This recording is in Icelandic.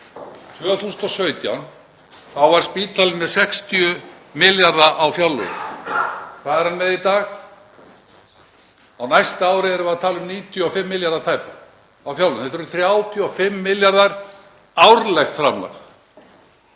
2017 var spítalinn með 60 milljarða á fjárlögum. Hvað er hann með í dag? Á næsta ári erum við að tala um 95 milljarða tæpa á fjárlögum. Þetta er 35 milljarða árlegt framlag.